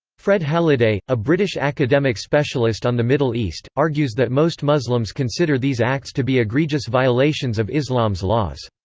fred halliday, a british academic specialist on the middle east, argues that most muslims consider these acts to be egregious violations of islam's laws.